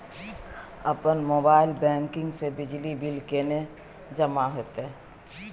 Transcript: अपन mobile banking से बिजली बिल केने जमा हेते?